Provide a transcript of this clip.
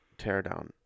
teardown